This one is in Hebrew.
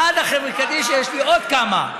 עד החברה קדישא יש לי עוד כמה,